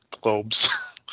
globes